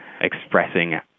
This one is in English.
expressing